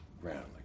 ground